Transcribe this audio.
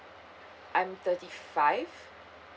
I'm thirty five